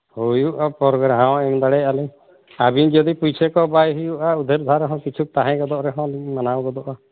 ᱦᱩᱭᱩᱜᱼᱟ ᱯᱚᱨᱮ ᱜᱮ ᱨᱮᱦᱚᱸ ᱮᱢ ᱫᱟᱲᱮᱭᱟᱜᱼᱟ ᱞᱤᱧ ᱟᱹᱵᱤᱱ ᱡᱩᱫᱤ ᱯᱩᱭᱥᱟᱹ ᱠᱚ ᱵᱟᱭ ᱦᱩᱭᱩᱜᱼᱟ ᱩᱫᱷᱟᱹᱨ ᱫᱷᱟᱨ ᱨᱮᱦᱚᱸ ᱠᱤᱪᱷᱩ ᱛᱟᱦᱮᱸ ᱜᱚᱫᱚᱜ ᱨᱮᱦᱚᱸᱞᱤᱧ ᱢᱟᱱᱟᱣ ᱜᱚᱫᱚᱜᱼᱟ